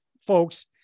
folks